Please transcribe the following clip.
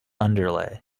underlay